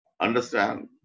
understand